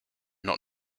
not